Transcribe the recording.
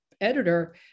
editor